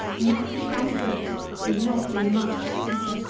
much comfort is not in much sleep,